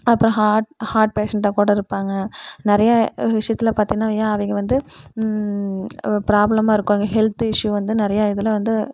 அப்புறம் heart heart பேஷன்ட்டாக கூட இருப்பாங்கள் நிறையா விஷியத்தில் பார்த்திங்கன்னா அவங்க வந்து ஒரு ப்ராப்லமாக இருக்கும் அவங்க ஹெல்த் இஷ்யூ வந்து நிறையா இதில் வந்து